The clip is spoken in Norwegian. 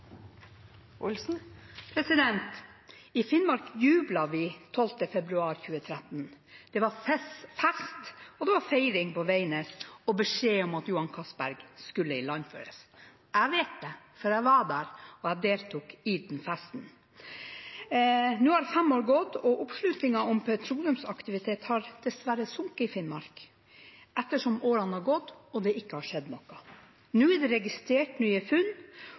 I Finnmark jublet vi 12. februar 2013. Det var fest, og det var feiring på Veidnes da det kom beskjed om at oljen fra Johan Castberg-feltet skulle ilandføres. Jeg vet det, for jeg var der, og jeg deltok i den festen. Nå har fem år gått, og oppslutningen om petroleumsaktivitet i Finnmark har dessverre sunket etter som årene har gått og det ikke har skjedd noe. Nå er det registrert nye funn,